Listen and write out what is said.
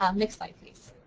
um next slide, please.